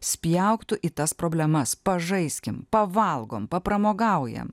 spjauk tu į tas problemas pažaiskim pavalgom papramogaujam